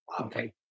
Okay